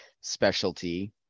specialty